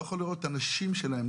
לא יכול לראות את הנשים שלהם.